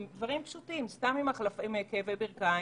סתם עם דברים פשוטים כמו: כאבי ברכיים